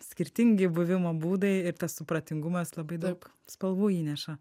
skirtingi buvimo būdai ir tas supratingumas labai daug spalvų įneša